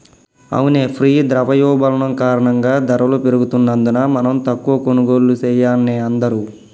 అవునే ఘీ ద్రవయోల్బణం కారణంగా ధరలు పెరుగుతున్నందున మనం తక్కువ కొనుగోళ్లు సెయాన్నే అందరూ